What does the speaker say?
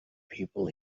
people